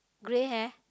grey hair